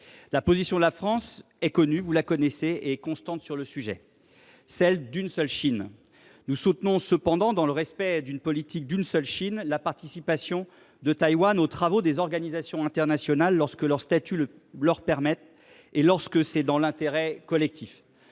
La position de la France est connue et constante : il n’y a qu’une seule Chine. Nous soutenons cependant, dans le respect de la politique d’une seule Chine, la participation de Taïwan aux travaux des organisations internationales lorsque leur statut le permet et lorsque c’est dans l’intérêt collectif.